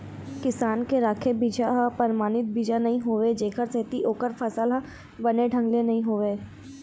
किसान के राखे बिजहा ह परमानित बीजा नइ होवय जेखर सेती ओखर फसल ह बने ढंग ले नइ होवय